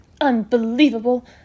Unbelievable